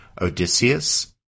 Odysseus